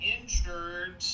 injured